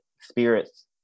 spirits